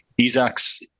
Isaacs